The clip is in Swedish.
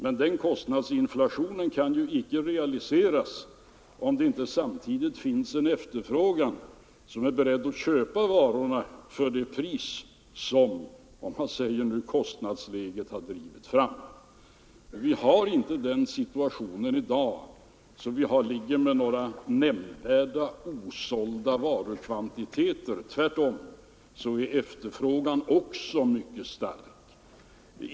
Men den kostnadsinflationen kan icke realiseras, om det inte samtidigt finns en efterfrågan som är beredd att köpa varorna för det pris som kostnadsläget har drivit fram. Vi har inte den situationen i dag att vi ligger med nämnvärda osålda varukvantiteter. Tvärtom är efterfrågan också mycket stark.